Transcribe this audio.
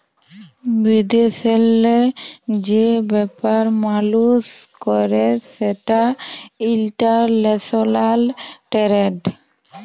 বিদেশেল্লে যে ব্যাপার মালুস ক্যরে সেটা ইলটারল্যাশলাল টেরেড